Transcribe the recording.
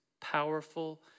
powerful